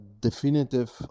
definitive